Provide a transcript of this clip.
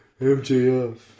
MJF